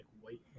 white